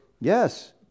Yes